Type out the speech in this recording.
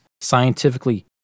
scientifically